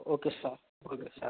okay sir okay sir